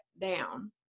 down